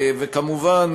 כמובן,